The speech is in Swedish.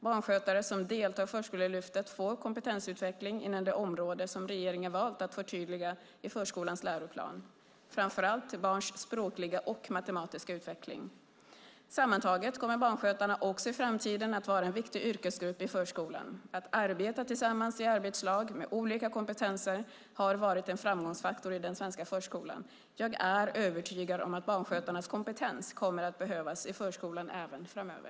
Barnskötare som deltar i Förskolelyftet får kompetensutveckling inom de områden som regeringen valt att förtydliga i förskolans läroplan, framför allt barns språkliga och matematiska utveckling. Sammantaget kommer barnskötarna också i framtiden att vara en viktig yrkesgrupp i förskolan. Att arbeta tillsammans i arbetslag med olika kompetenser har varit en framgångsfaktor i den svenska förskolan. Jag är övertygad om att barnskötarnas kompetens kommer att behövas i förskolan även framöver.